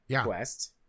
quest